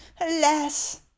alas